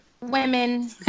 Women